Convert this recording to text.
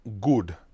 good